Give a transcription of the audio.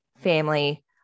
family